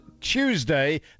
Tuesday